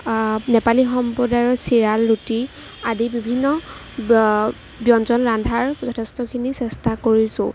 নেপালী সম্প্ৰদায়ৰ চিৰাল ৰুটি আদি বিভিন্ন ব্যঞ্জন ৰন্ধাৰ যথেষ্টখিনি চেষ্টা কৰিছোঁ